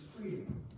freedom